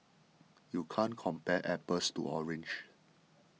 you can't compare apples to oranges